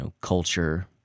culture